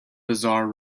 bizarre